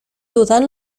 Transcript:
dudan